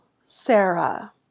Sarah